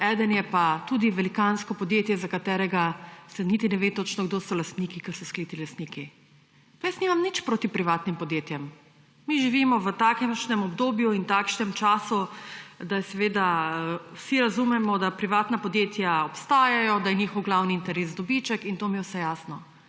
eden je pa tudi velikansko podjetje, o katerem se niti ne ve točno, kdo so lastniki, ker so skriti lastniki. Nič nimam proti privatnim podjetjem. Mi živimo v takšnem obdobju in takšnem času, da vsi razumemo, da privatna podjetja obstajajo, da je njihov glavni interes dobiček, in to mi je vse jasno.